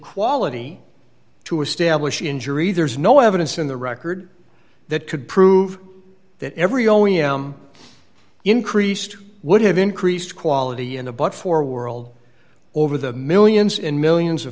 quality to establish injury there's no evidence in the record that could prove that every o e m increased would have increased quality in a but for world over the millions in millions of